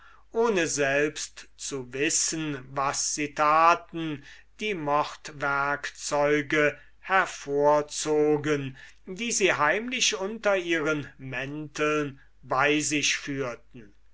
ohne selbst zu wissen was sie taten die dolche hervorzogen die sie heimlich unter ihren mänteln bei sich führten